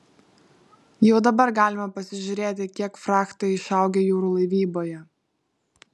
jau dabar galima pasižiūrėti kiek frachtai išaugę jūrų laivyboje